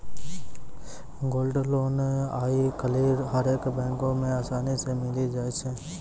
gold loan आइ काल्हि हरेक बैको मे असानी से मिलि जाय छै